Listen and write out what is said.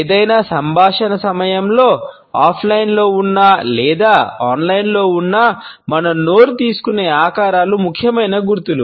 ఏదైనా సంభాషణ సమయంలో ఆఫ్లైన్లో ఉన్నా మన నోరు తీసుకునే ఆకారాలు ముఖ్యమైన గుర్తులు